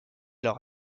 leur